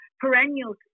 perennials